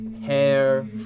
hair